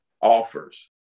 offers